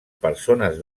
persones